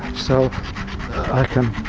so i can,